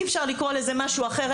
אי אפשר לקרוא לזה משהו אחר,